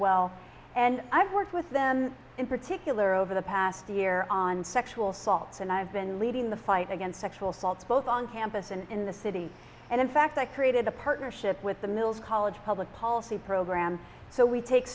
well and i've worked with them in particular over the past year on sexual assaults and i have been leading the fight against sexual assault both on campus and in the city and in fact i created a partnership with the mills college public policy program so we take